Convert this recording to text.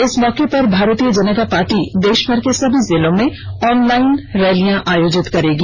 इस मौके पर भारतीय जनता पार्टी देशभर के सभी जिलों में ऑनलाइन रैलियां आयोजित करेगी